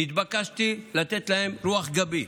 נתבקשתי לתת להם רוח גבית,